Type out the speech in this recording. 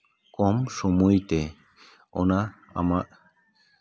ᱠᱚᱢ ᱥᱚᱢᱚᱭ ᱛᱮ ᱚᱱᱟ ᱟᱢᱟᱜ